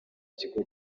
kigo